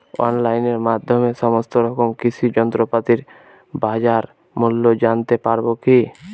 অনলাইনের মাধ্যমে সমস্ত রকম কৃষি যন্ত্রপাতির বাজার মূল্য জানতে পারবো কি?